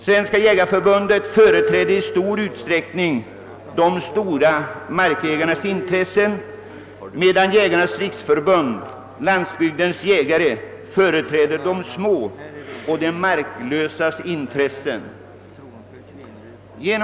Svenska jägareförbundet företräder i stor utsträckning de stora markägarnas intressen medan Jägarnas riksförbund Landsbygdens jägare företräder de små markägarnas och de marklösas intressen.